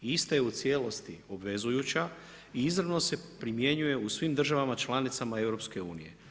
Ista je u cijelosti obvezujuća i izravno se primjenjuje u svim državama članicama EU.